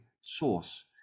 source